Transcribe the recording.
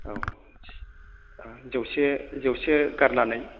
औ जौसे जौसे गारनानै